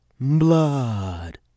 Blood